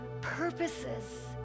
purposes